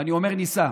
ואני אומר שניסה,